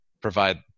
provide